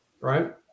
right